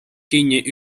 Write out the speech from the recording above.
kinni